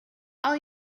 all